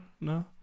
no